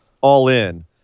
all-in